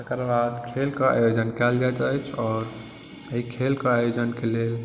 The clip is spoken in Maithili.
तकरबाद खेलके आयोजन कयल जाइत अछि आओर एहि खेलके आयोजनके लेल